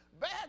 Bad